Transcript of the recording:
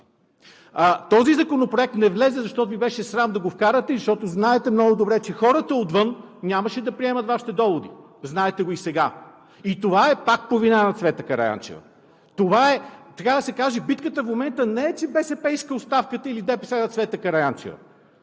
Този законопроект не влезе, защото Ви беше срам да го вкарате и защото знаехте много добре, че хората отвън нямаше да приемат Вашите доводи. Знаете го и сега. И това е пак по вина на Цвета Караянчева. Битката, така да се каже, в момента не е, че БСП или ДПС иска оставката на Цвета Караянчева,